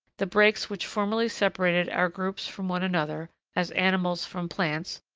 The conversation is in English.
the breaks which formerly separated our groups from one another, as animals from plants,